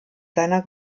seiner